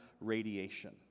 radiation